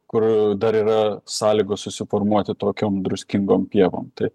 kur dar yra sąlygos susiformuoti tokiom druskingom pievom tai